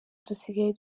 dusigaye